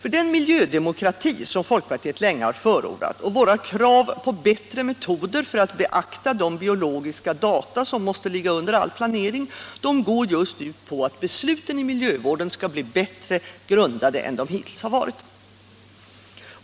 Ty den miljödemokrati som vi i folkpartiet länge har förordat och våra krav på bättre metoder för att beakta de biologiska data som måste ligga under all planering går just ut på att besluten i miljövården skall bli bättre grundade än de hittills varit.